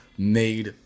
made